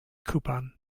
coupon